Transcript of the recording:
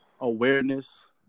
awareness